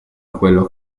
quello